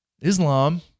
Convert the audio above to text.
Islam